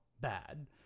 bad